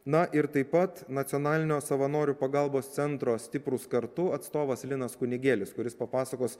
na ir taip pat nacionalinio savanorių pagalbos centro stiprūs kartu atstovas linas kunigėlis kuris papasakos